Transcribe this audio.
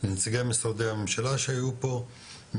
לנציגי משרדי הממשלה שהיו פה,